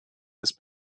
ist